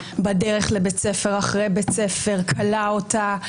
בדרך לבית הספר, אחרי בית הספר, כלא אותה.